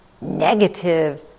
negative